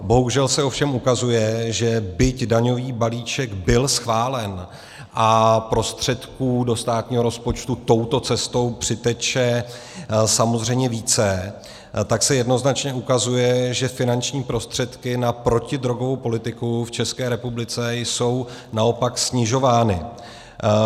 Bohužel se ovšem ukazuje, že byť daňový balíček byl schválen a prostředků do státního rozpočtu touto cestou přiteče samozřejmě více, tak se jednoznačně ukazuje, že finanční prostředky na protidrogovou politiku v České republice jsou naopak snižovány.